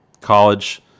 College